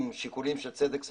שיקולים של צדק סביבתי,